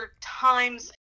times